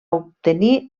obtenir